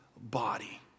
body